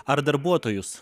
ar darbuotojus